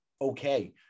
okay